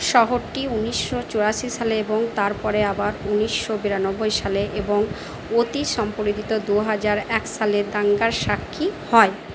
শহরটি ঊনিশশো চুরাশি সালে এবং তারপরে আবার ঊনিশশো বিরানব্বই সালে এবং অতি সম্প্রতি দু হাজার এক সালে দাঙ্গার সাক্ষী হয়